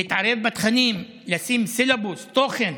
להתערב בתכנים, לשים סילבוס, תוכן?